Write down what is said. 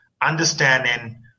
understanding